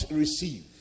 receive